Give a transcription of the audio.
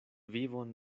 vivon